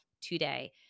today